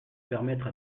permettre